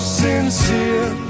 sincere